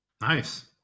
Nice